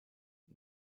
und